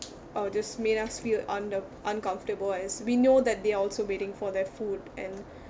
uh just made us feel un~ uh uncomfortable as we know that they are also waiting for their food and